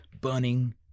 burning